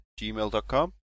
gmail.com